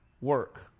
work